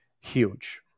huge